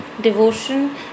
devotion